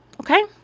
Okay